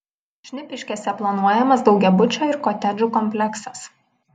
šnipiškėse planuojamas daugiabučio ir kotedžų kompleksas